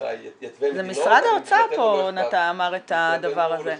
יתווה -- זה משרד האוצר פה אמר את הדבר הזה.